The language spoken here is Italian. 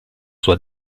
sua